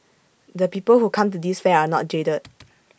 the people who come to this fair are not jaded